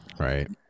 Right